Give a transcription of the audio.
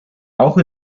auch